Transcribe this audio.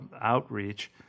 outreach